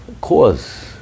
cause